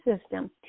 system